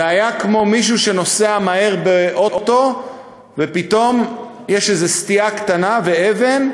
זה היה כמו מישהו שנוסע מהר באוטו ופתאום יש איזו סטייה קטנה ואבן,